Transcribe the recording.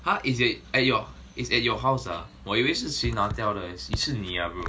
!huh! is at at your is at your house ah 我以为是谁拿掉了 leh 是你 ah bro